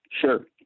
Sure